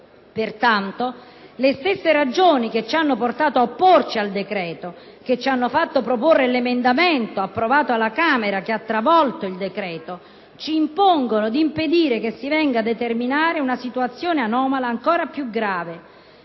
Pertanto, le stesse ragioni che ci hanno portato a opporci al decreto-legge, che ci hanno fatto proporre l'emendamento approvato dalla Camera che ha travolto il decreto-legge, ci impongono di impedire che si venga a determinare una situazione anomala ancora più grave: